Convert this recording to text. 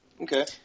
Okay